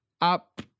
up